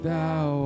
Thou